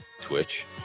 Twitch